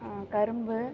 கரும்பு